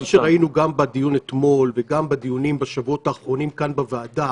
מה שראינו גם בדיון אתמול וגם בדיונים בשבועות האחרונים כאן בוועדה